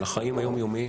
על החיים היומיומיים,